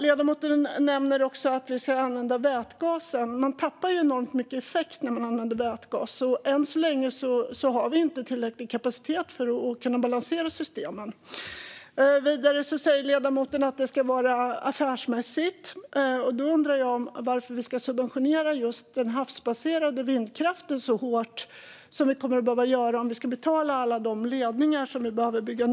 Ledamoten nämner också att vi ska använda vätgas, men man tappar enormt mycket effekt när man använder vätgas. Än så länge har vi inte tillräcklig kapacitet för att kunna balansera systemen. Vidare säger ledamoten att det ska vara affärsmässigt. Varför ska vi då subventionera just den havsbaserade vindkraften så mycket som vi kommer att behöva göra om vi ska betala alla nya ledningar som behöver byggas?